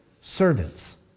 servants